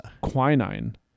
quinine